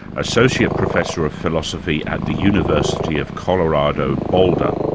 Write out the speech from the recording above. associate professor of philosophy at the university of colorado, boulder,